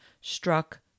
struck